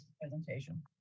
presentation